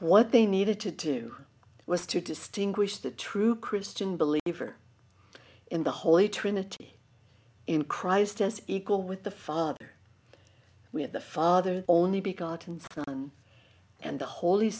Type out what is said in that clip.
what they needed to do was to distinguish the true christian believer in the holy trinity in christ as equal with the father with the father the only begotten son and the holy